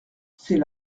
c’est